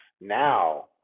Now